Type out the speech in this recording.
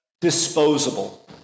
disposable